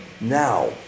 now